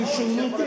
לכן,